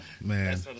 man